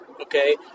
Okay